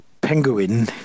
penguin